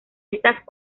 estas